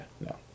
no